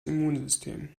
immunsystem